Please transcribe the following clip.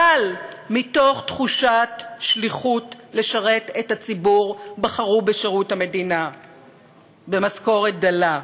אבל מתוך תחושת שליחות לשרת את הציבור בחרו בשירות המדינה במשכורת דלה.